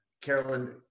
Carolyn